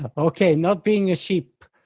ah okay, not being a sheep.